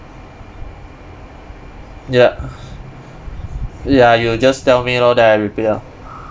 ya ya you just tell me lor then I repeat ah